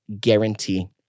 guarantee